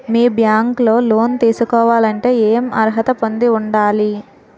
మీ bank లో loan తీసుకోవాలంటే ఎం అర్హత పొంది ఉండాలి?